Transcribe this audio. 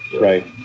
Right